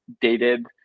dated